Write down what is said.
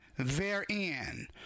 therein